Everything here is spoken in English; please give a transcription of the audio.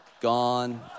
gone